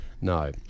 No